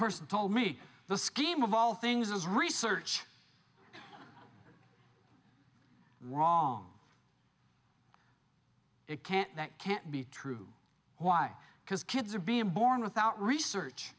person told me the scheme of all things is research were on it can't that can't be true why because kids are being born without research